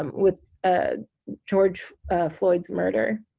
um with ah george floyd's murder